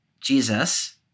Jesus